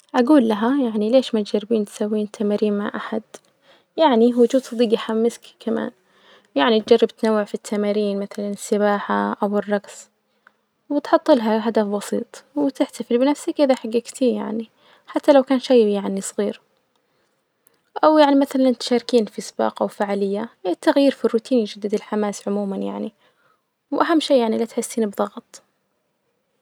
أجول لها يعني ليش ما تجربين تسوين تمرين مع أحد.يعني وجود أحد يحمسكي كمان. يعني تجرب تنوع في التمارين مثلا السباحة، أو الرجص، وتحطلها هدف بسيط، وتحتفلي بنفسكي إذا حججتيه يعني حتي لو كان شئ صغير، أو يعني تشاركيم في سباقة أو فاعيلية التغيير في الروتين يجدد الحماس عموما يعني وأهم شئ يعني لا تحسين بظغط.